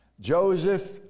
Joseph